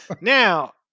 now